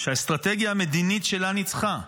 שהאסטרטגיה המדינית שלה ניצחה,